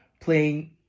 playing